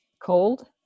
cold